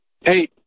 Hey